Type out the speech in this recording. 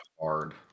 hard